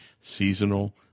seasonal